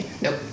Nope